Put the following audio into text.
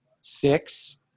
six